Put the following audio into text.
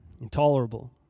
intolerable